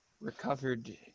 Recovered